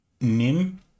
Nim